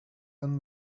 and